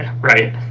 right